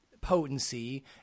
potency